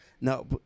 No